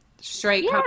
straight